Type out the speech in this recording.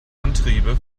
antriebe